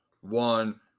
one